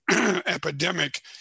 epidemic